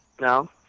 No